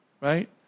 right